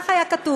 כך היה כתוב.